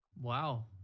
Wow